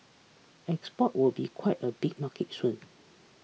export would be quite a big market soon